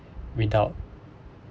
without